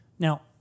Now